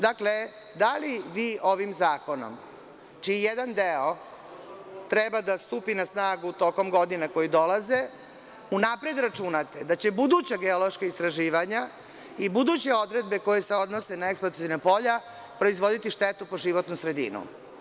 Dakle, da li vi ovim zakonom čiji jedan deo treba da stupi na snagu tokom godina koje dolaze unapred računate da će buduća geološka istraživanja i buduće odredbe koje se odnose na eksploataciona polja proizvoditi štetu po životnu sredinu?